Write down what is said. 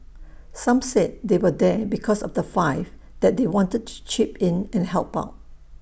some said they were there because of the five that they wanted to chip in and help out